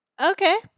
Okay